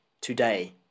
today